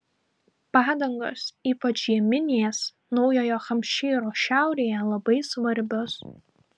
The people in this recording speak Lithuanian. padangos ypač žieminės naujojo hampšyro šiaurėje labai svarbios